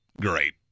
great